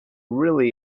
really